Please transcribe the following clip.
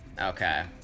Okay